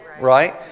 Right